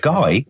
Guy